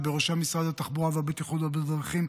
ובראשם משרד התחבורה והבטיחות בדרכים,